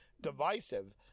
divisive